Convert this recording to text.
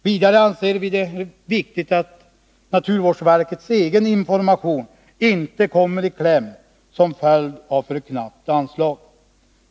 Vidare anser vi det viktigt att naturvårdsverkets egen information 43 inte kommer i kläm som följd av alltför knappt anslag.